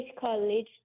college